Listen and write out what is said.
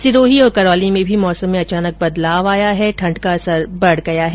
सिरोही और करौली में भी मौसम में अचानक बदलाव आया है और ठण्ड का असर बढ गया है